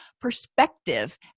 perspective